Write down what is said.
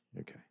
Okay